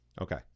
Okay